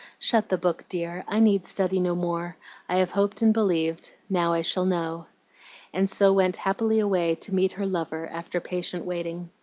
shut the book, dear, i need study no more i have hoped and believed, now i shall know and so went happily away to meet her lover after patient waiting.